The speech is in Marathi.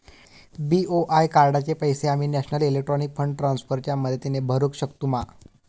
बी.ओ.आय कार्डाचे पैसे आम्ही नेशनल इलेक्ट्रॉनिक फंड ट्रान्स्फर च्या मदतीने भरुक शकतू मा?